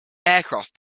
aircraft